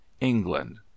england